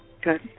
Good